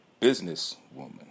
businesswoman